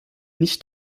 nicht